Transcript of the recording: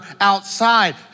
outside